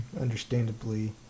understandably